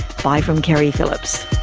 bye from keri phillips